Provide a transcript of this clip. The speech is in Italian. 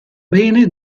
bene